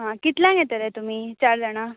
हां कितल्यांक येतले तुमी चार जाणा